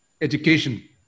education